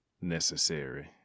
necessary